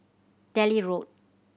Delhi Road